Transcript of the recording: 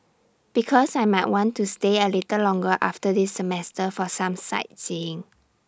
because I might want to stay A little longer after this semester for some sightseeing